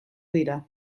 dira